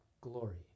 glory